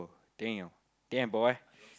damn damn boy